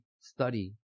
study